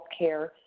healthcare